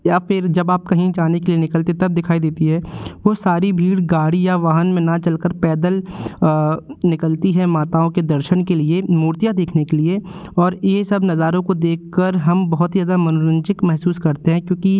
या फिर जब आप कहीं जाने के लिए निकलते हैं तब दिखाई देती है वो सारी भीड़ गाड़ी या वाहन में ना चल कर पैदल निकलती है माताओं के दर्शन के लिए मूर्तियाँ देखने के लिए और ये सब नजारों को देख कर हम बहुत ही ज़्यादा मनोरंजित महसूस करते हैं क्योंकि